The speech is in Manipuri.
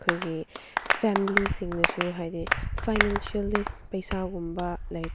ꯑꯩꯈꯣꯏꯒꯤ ꯐꯦꯃꯂꯤꯁꯤꯡꯅꯁꯨ ꯍꯥꯏꯗꯤ ꯐꯥꯏꯅꯥꯟꯁꯤꯌꯦꯜꯂꯤ ꯄꯩꯁꯥꯒꯨꯝꯕ